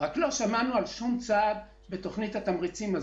רק שלא שמענו על שום צעד בתוכנית התמריצים.